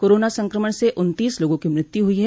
corona संक्रमण से उन्तीस लोगों की मृत्यु हुई है